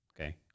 okay